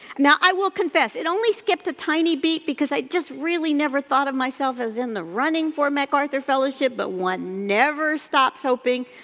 now, i will confess, it only skipped a tiny beat because i just really never thought of myself as in the running for macarthur fellowship but one never stops hoping.